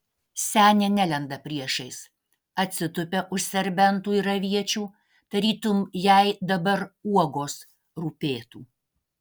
senė nelenda priešais atsitupia už serbentų ir aviečių tarytum jai dabar uogos rūpėtų